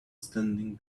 standing